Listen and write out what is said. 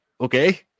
okay